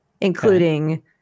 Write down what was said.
including